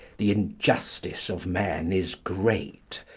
the injustice of men is great.